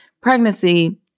pregnancy